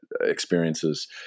experiences